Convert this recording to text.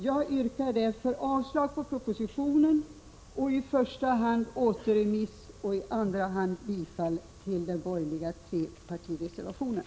Jag yrkar därför avslag på propositionen, i första hand återremiss och i andra hand bifall till den borgerliga trepartireservationen.